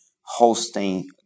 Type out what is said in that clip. hosting